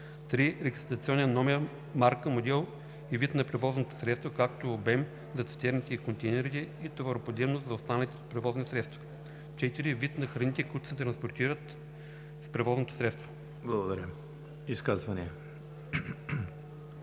3. регистрационен номер, марка, модел и вид на превозното средство, както и обем (за цистерните и контейнерите) и товароподемност (за останалите превозни средства); 4. вид на храните, които се транспортират с превозното средство.“